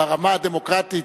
ברמה הדמוקרטית,